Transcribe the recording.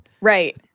right